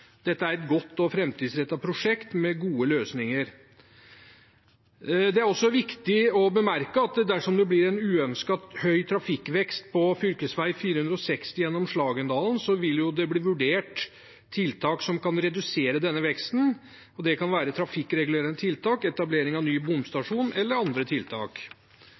Dette er et godt og framtidsrettet prosjekt, med gode løsninger. Det er også viktig å bemerke at dersom det blir en uønsket høy trafikkvekst på fv. 460 gjennom Slagendalen, vil det bli vurdert tiltak som kan redusere denne veksten. Det kan være trafikkregulerende tiltak, etablering av ny bomstasjon eller andre tiltak.